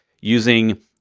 using